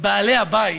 בעלי הבית,